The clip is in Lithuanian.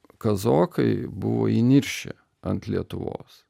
kazokai buvo įniršę ant lietuvos